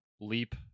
leap